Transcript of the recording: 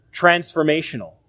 transformational